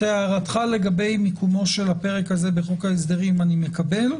את הערתך לגבי מיקומו של הפרק הזה בחוק ההסדרים אני מקבל.